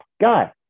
guy